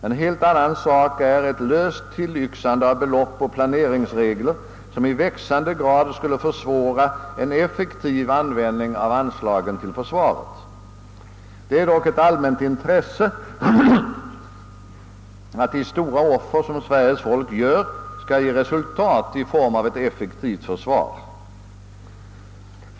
En helt annan sak är ett löst tillyxande av belopp och planeringsregler, som i växande grad skulle försvåra en effektiv användning av anslagen till försvaret. Det är dock ett allmänt intresse att de stora offer som Sveriges folk gör skall ge resultat i form av ett effektivt försvar.